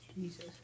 Jesus